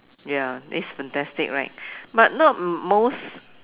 ya taste fantastic right but not most